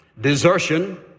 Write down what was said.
desertion